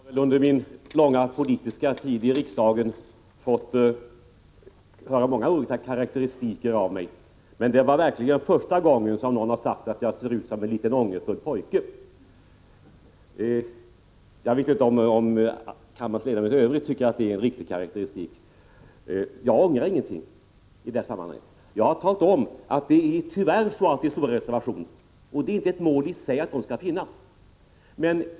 Fru talman! Jag har under min långa politiska tid i riksdagen fått höra många olika karakteristiker av mig, men detta var verkligen första gången som jag hörde någon säga att jag ser ut som en liten ångerfull pojke. Jag vet inte om kammarens ledamöter i övrigt tycker att det är en riktig karakteri Prot. 1985/86:117 stik. 16 april 1986 Jag ångrar ingenting i detta sammanhang. Jag har talat om att det, tyvärr, ZH oo finns stora reservationer och att det inte är ett mål i sig att sådana skall förekomma.